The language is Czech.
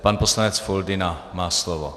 Pan poslanec Foldyna má slovo.